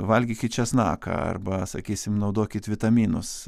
valgykit česnaką arba sakysim naudokit vitaminus